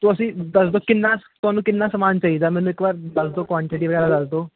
ਤੁਸੀਂ ਦੱਸ ਕਿੰਨਾ ਤੁਹਾਨੂੰ ਕਿੰਨਾ ਸਮਾਨ ਚਾਹੀਦਾ ਮੈਨੂੰ ਇੱਕ ਵਾਰ ਦੱਸ ਦਓ ਕੁਐਂਟਿਟੀ ਵਗੈਰਾ ਦੱਸ ਦਓ